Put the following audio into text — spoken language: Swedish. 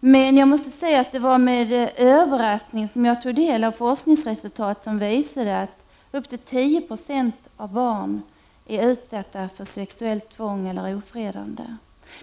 Men jag måste säga att det var med över raskning jag tog del av ett forskningsresultat som visade att upp till 10 96 av barnen är utsatta för sexuellt tvång eller ofredande.